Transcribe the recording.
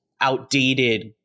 outdated